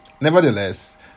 Nevertheless